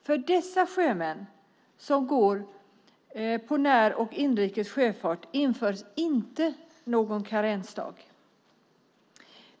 För dessa sjömän som går på närfart och inrikes sjöfart införs inte någon karensdag.